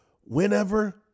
whenever